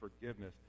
forgiveness